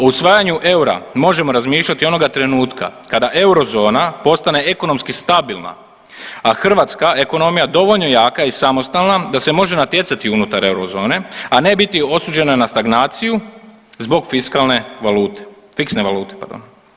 O usvajanju eura možemo razmišljati onoga trenutka kada eurozona postane ekonomski stabilna, a hrvatska ekonomija dovoljno jaka i samostalna da se može natjecati unutar eurozone, a ne biti osuđena na stagnaciju zbog fiskalne valute, fiksne valute, pardon.